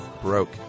broke